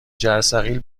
جرثقیل